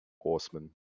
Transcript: horsemen